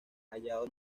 hallado